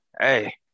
Hey